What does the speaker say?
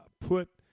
put